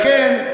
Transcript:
לכן,